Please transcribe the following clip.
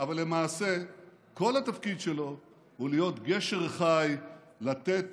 אבל למעשה כל התפקיד שלו הוא להיות גשר חי ולתת